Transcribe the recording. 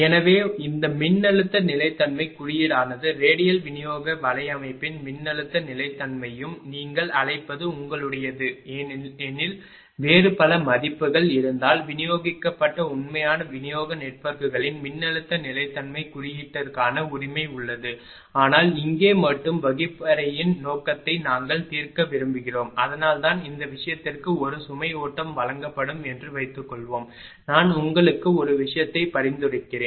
எனவே இந்த மின்னழுத்த நிலைத்தன்மை குறியீடானது ரேடியல் விநியோக வலையமைப்பின் மின்னழுத்த நிலைத்தன்மையும் நீங்கள் அழைப்பது உங்களுடையது எனில் வேறு பல பதிப்புகள் இருந்தால் விநியோகிக்கப்பட்ட உண்மையான விநியோக நெட்வொர்க்குகளின் மின்னழுத்த நிலைத்தன்மை குறியீட்டிற்கான உரிமை உள்ளது ஆனால் இங்கே மட்டுமே வகுப்பறையின் நோக்கத்தை நாங்கள் தீர்க்க விரும்புகிறோம் அதனால்தான் இந்த விஷயத்திற்கு ஒரு சுமை ஓட்டம் வழங்கப்படும் என்று வைத்துக்கொள்வோம் நான் உங்களுக்கு ஒரு விஷயத்தை பரிந்துரைக்கிறேன்